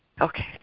Okay